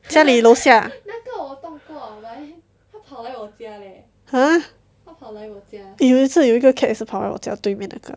家里楼下 !huh! !eeyer! 这里有一个 cat 也是跑来我家对面那个